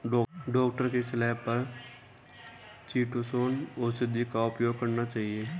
doctor की सलाह पर चीटोसोंन औषधि का उपयोग करना चाहिए